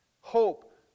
hope